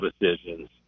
decisions